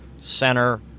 center